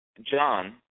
John